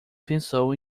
pensou